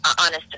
honest